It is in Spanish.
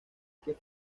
que